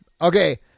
Okay